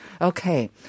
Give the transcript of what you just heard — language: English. Okay